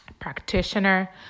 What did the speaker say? practitioner